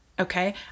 Okay